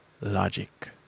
logic